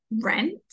rent